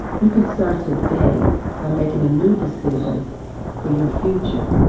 you can start today by making a new decision for you future.